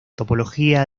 topología